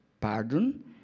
pardon